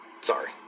sorry